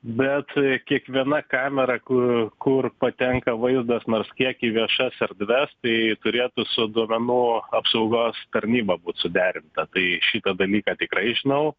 bet kiekviena kamera ku kur patenka vaizdas nors kiek į viešas erdves tai turėtų su duomenų apsaugos tarnyba būt suderinta tai šitą dalyką tikrai žinau